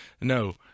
No